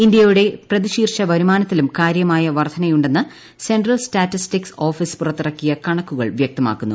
ജന്റ്യയുടെ പ്രതിശീർഷ വരുമാനത്തിലും കാര്യമായ വർധനയുഊണ്ടെന്ന് സെൻട്രൽ സ്റ്റാറ്റിസ്റ്റിക്സ് ഓഫീസ് പുറത്തിറക്കിയ കണക്കുകൾ വൃക്തമാക്കുന്നു